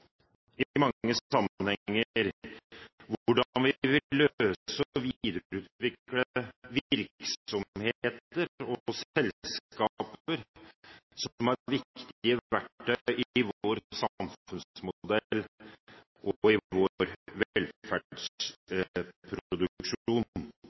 mange sammenhenger, hvordan vi vil løse og videreutvikle virksomheter og selskaper som er viktige verktøy i vår samfunnsmodell og i vår